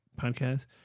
podcast